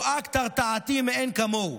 הוא אקט הרתעתי מאין כמוהו.